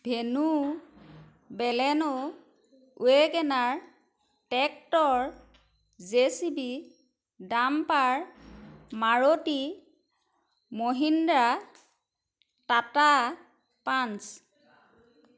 Venue Baleno WagonR tractor J C B dumper Maruti Mahindra Tata Punch